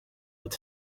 but